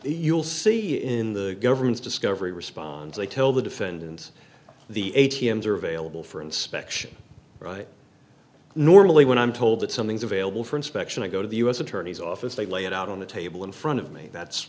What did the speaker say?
you'll see in the government's discovery responds i tell the defendants the a t m surveil a bill for inspection right normally when i'm told that something's available for inspection i go to the u s attorney's office they lay it out on the table in front of me that's